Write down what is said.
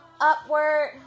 upward